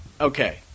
okay